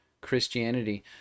Christianity